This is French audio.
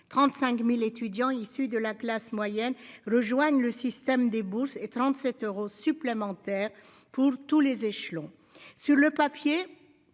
35.000 étudiants issus de la classe moyenne rejoignent le système des bourses et 37 euros supplémentaires pour tous les échelons.